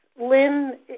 Lynn